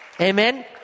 Amen